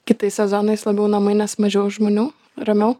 kitais sezonais labiau namai nes mažiau žmonių ramiau